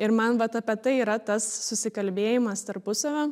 ir man vat apie tai yra tas susikalbėjimas tarpusavio